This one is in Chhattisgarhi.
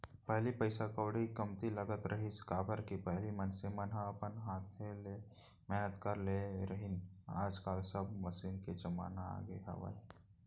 पहिली पइसा कउड़ी कमती लगत रहिस, काबर कि पहिली मनसे मन ह अपन हाथे ले मेहनत कर लेत रहिन आज काल सब मसीन के जमाना आगे हावय